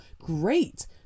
Great